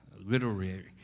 literary